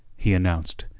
he announced,